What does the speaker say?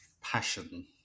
passion